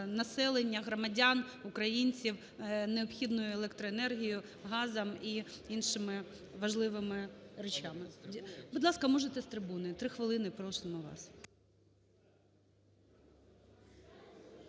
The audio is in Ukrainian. населення, громадян, українців необхідною електроенергією, газом і іншими важливими речами. Будь ласка, можете з трибуни, 3 хвилини, просимо вас.